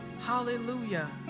hallelujah